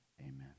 Amen